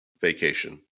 vacation